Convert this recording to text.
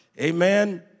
Amen